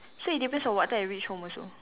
so it depends on what time I reach home also